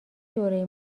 دوره